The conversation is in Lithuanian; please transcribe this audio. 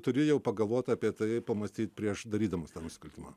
turi jau pagalvot apie tai pamąstyt prieš darydamas tą nuiskaltimą